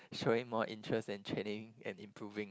showing more interest in training and improving